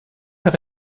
elle